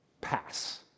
pass